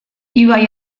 ibai